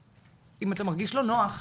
שאם אתה מרגיש לא נוח,